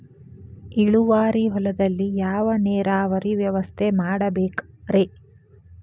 ಇಳುವಾರಿ ಹೊಲದಲ್ಲಿ ಯಾವ ನೇರಾವರಿ ವ್ಯವಸ್ಥೆ ಮಾಡಬೇಕ್ ರೇ?